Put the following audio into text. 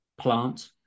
plant